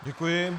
Děkuji.